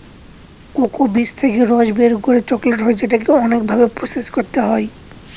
cocoa বীজ থেকে রস বের করে চকলেট হয় যেটাকে অনেক ভাবে প্রসেস করতে হয়